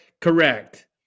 Correct